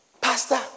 Pastor